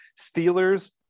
Steelers